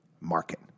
market